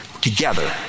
together